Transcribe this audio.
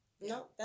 No